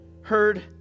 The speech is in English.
Heard